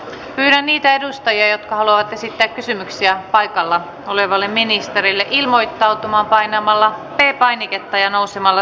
pyydän niitä edustajia jotka haluavat esittää kysymyksiä paikalla olevalle ministerille ilmoittautumaan painamalla p painiketta ja nousemalla seisomaan